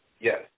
Yes